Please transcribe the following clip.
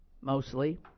mostly